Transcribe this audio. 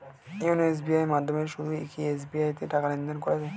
YONO SBI এর মাধ্যমে শুধুই কি এস.বি.আই তে টাকা লেনদেন করা যায়?